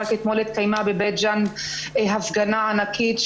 רק אתמול התקיימה בבית-ג'אן הפגנה ענקית,